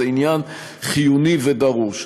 זה עניין חיוני ודרוש.